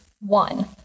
one